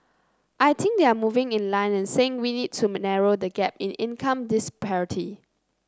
I think they are moving in line and saying we need to narrow the gap in income disparity